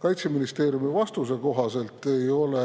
Kaitseministeeriumi vastuse kohaselt ei ole